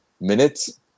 minutes